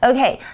Okay